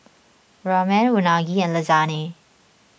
Ramen Unagi and Lasagne